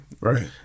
Right